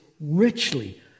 richly